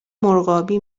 مرغابی